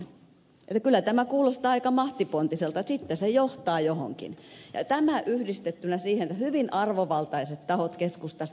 eli kyllä tämä kuulostaa aika mahtipontiselta että sitten se johtaa johonkin ja tämä yhdistettynä siihen että mukana on hyvin arvovaltaisia tahoja keskustasta